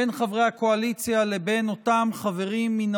בין חברי הקואליציה לבין אותם חברים מן